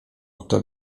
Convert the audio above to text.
kto